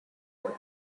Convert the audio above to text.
what